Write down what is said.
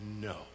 no